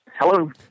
Hello